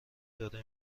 داده